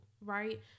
right